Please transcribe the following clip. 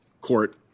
court